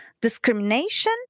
discrimination